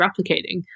replicating